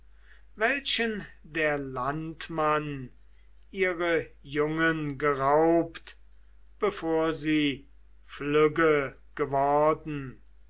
welchen der landmann ihre jungen geraubt bevor sie flügge geworden